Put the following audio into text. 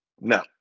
No